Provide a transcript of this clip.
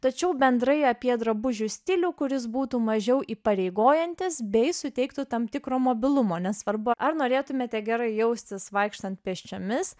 tačiau bendrai apie drabužių stilių kuris būtų mažiau įpareigojantis bei suteiktų tam tikro mobilumo nesvarbu ar norėtumėte gerai jaustis vaikštant pėsčiomis